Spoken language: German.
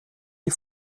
die